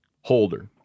holder